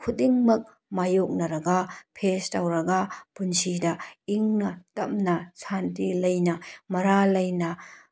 ꯈꯨꯗꯤꯡꯃꯛ ꯃꯥꯌꯣꯛꯅꯔꯒ ꯐꯦꯁ ꯇꯧꯔꯒ ꯄꯨꯟꯁꯤꯗ ꯏꯪꯅ ꯇꯞꯅ ꯁꯥꯟꯇꯤ ꯂꯩꯅ ꯃꯔꯥ ꯂꯩꯅ